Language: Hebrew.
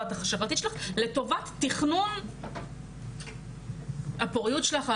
השחלתית שלך לטובת תכנון הפוריות שלך.